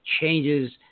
changes